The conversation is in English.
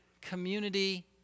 community